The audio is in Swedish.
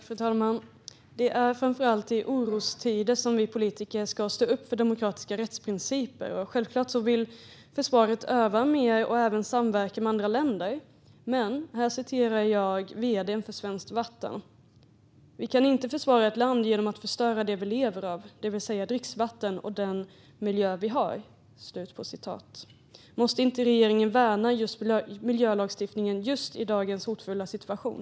Fru talman! Det är framför allt i orostider som vi politiker ska stå upp för demokratiska rättsprinciper. Självklart vill försvaret öva mer och även samverka med andra länder, men som vd:n för Svenskt Vatten säger: "Vi kan inte försvara ett land genom att förstöra det vi lever av, det vill säga dricksvatten eller den miljö vi har." Måste inte regeringen värna just miljölagstiftningen i dagens hotfulla situation?